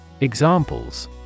Examples